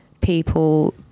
people